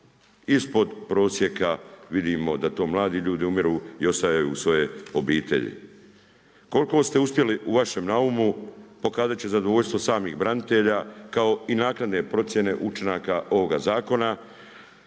ispod prosjeka, vidimo da to mladi ljudi umiru i ostavljaju svoje obitelji. Koliko ste uspjeli u vašem naumu, pokazati će zadovoljstvo samih branitelja, kao i naknade procjene učinaka ovoga zakona,